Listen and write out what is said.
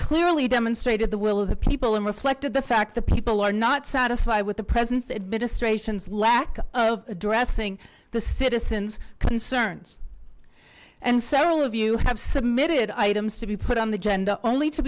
clearly demonstrated the will of the people and reflected the fact the people are not satisfied with the president's administration's lack of addressing the citizens concerns and several of you have submitted items to be put on the agenda only to